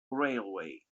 railway